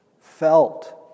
felt